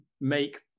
make